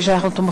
תודה רבה.